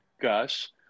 Gus